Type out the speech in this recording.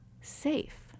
safe